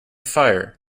fire